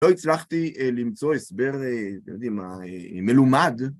לא הצלחתי למצוא הסבר, אתם יודעים מה, מלומד.